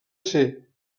ser